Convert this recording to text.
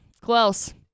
close